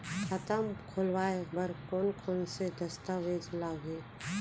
खाता खोलवाय बर कोन कोन से दस्तावेज लागही?